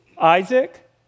Isaac